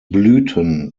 blüten